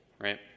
right